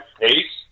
pace